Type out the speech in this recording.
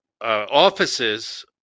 offices